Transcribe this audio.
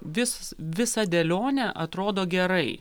vis visa dėlionė atrodo gerai